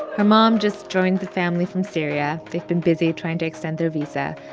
her mom just joined the family from syria. they've been busy trying to extend their visa.